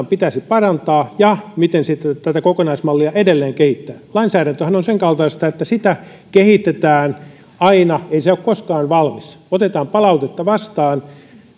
pitäisi parantaa ja miten tätä kokonaismallia edelleen kehittää lainsäädäntöhän on senkaltaista että sitä kehitetään aina ei se ole koskaan valmis otetaan palautetta vastaan